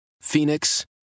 Phoenix